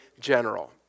general